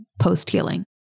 post-healing